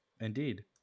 Indeed